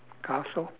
castle